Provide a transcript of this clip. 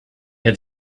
had